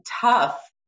tough